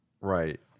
Right